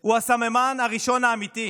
הוא הסממן הראשון האמיתי.